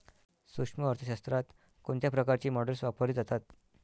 सूक्ष्म अर्थशास्त्रात कोणत्या प्रकारची मॉडेल्स वापरली जातात?